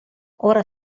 ora